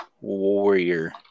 Warrior